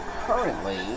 currently